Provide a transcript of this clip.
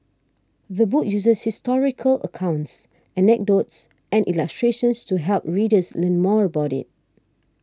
the book uses historical accounts anecdotes and illustrations to help readers learn more about it